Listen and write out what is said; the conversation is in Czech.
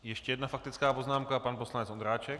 Ještě jedna faktická poznámka pan poslanec Ondráček.